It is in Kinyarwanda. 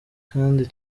kandi